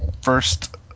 first